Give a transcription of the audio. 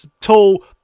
tall